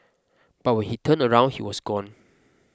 but when he turned around he was gone